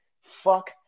Fuck